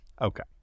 Okay